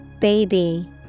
Baby